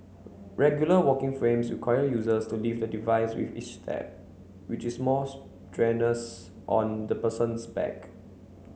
regular walking frames require users to lift the device with each step which is more strenuous on the person's back